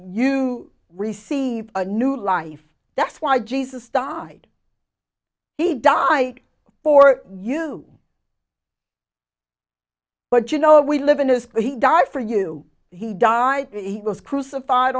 you receive a new life that's why jesus died he died for you but you know we live in is that he died for you he died he was crucified